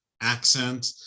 accent